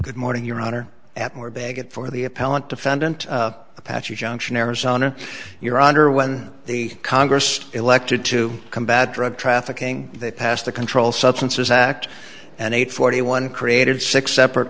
good morning your honor at more baggage for the appellant defendant apache junction arizona your honor when the congress elected to combat drug trafficking they passed the controlled substances act and eight forty one created six separate